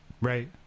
Right